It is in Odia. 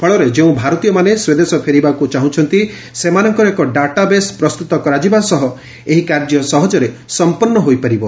ଫଳରେ ଯେଉଁ ଭାରତୀୟମାନେ ସ୍ୱଦେଶ ପେରିବାକୁ ଚାହୁଁଛନ୍ତି ସେମାନଙ୍କର ଏକ ଡାଟାବେସ୍ ପ୍ରସ୍ତୁତ କରାଯିବା ସହ ଏହି କାର୍ଯ୍ୟ ସହଜରେ ସମ୍ପନ୍ନ ହୋଇପାରିବ